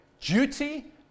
duty